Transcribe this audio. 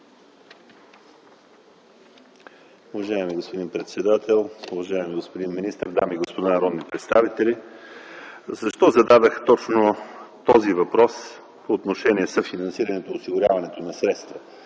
Уважаеми господин председател, уважаеми господин министър, дами и господа народни представители! Защо зададох точно този въпрос по отношение съфинансирането и осигуряването на средства